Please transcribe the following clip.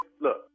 Look